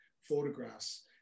photographs